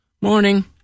morning